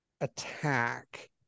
attack